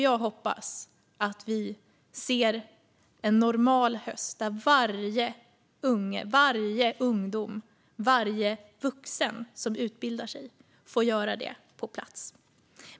Jag hoppas att vi ser en normal höst där varje unge, varje ungdom och varje vuxen som utbildar sig får göra det på plats.